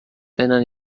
tenen